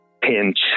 pinch